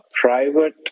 private